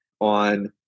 on